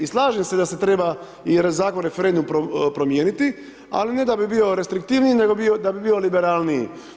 I slažem se da se treba i Zakon o referendumu promijeniti, ali ne da bi bio restriktivniji, nego da bi bio liberalniji.